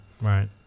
Right